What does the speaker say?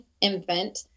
infant